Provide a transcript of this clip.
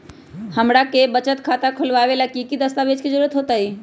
हमरा के बचत खाता खोलबाबे ला की की दस्तावेज के जरूरत होतई?